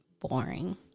boring